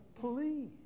Please